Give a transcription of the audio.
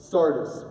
Sardis